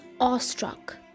awestruck